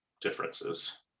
differences